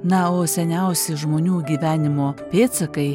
na o seniausi žmonių gyvenimo pėdsakai